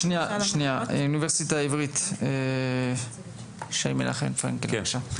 מהאוניברסיטה העברית, ישי מנחם פרנקל, בבקשה.